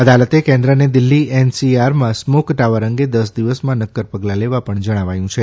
અદાલતે કેન્દ્રને દિલ્ફી એનસીઆરમાં સ્મોક ટાવર અંગે દસ દિવસમાં નક્કર પગલાં લેવા પણ જણાવ્યું છે